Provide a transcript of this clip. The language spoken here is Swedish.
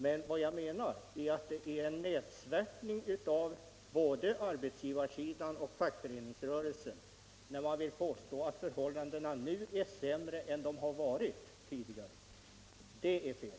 Men jag menar att det är en nedsvärtning av både arbetsgivarsidan och fackföreningsrörelsen när man vill påstå att förhållandena nu är sämre än de har varit tidigare. Det är fel.